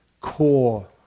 core